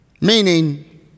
Meaning